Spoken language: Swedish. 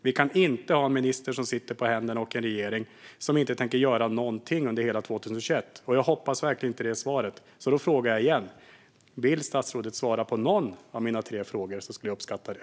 Vi kan inte ha en minister som sitter på händerna och en regering som inte tänker göra någonting under hela 2021. Jag hoppas verkligen att det inte är svaret. Om statsrådet vill svara på någon av mina tre frågor skulle jag uppskatta det.